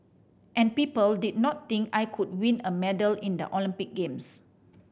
and people did not think I could win a medal in the Olympic games